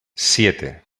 siete